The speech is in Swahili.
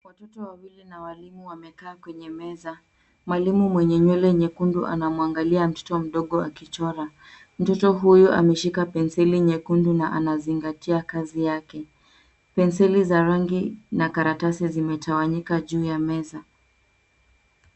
Watoto wawili na walimu wamekaa kwenye meza. Mwalimu mwenye nywele nyekundu anamuangalia mtoto mdogo akichora .Mtoto huyu ameshika penseli nyekundu na anazingatia kazi yake. Penseli za rangi na karatasi zimetawanyika juu ya meza.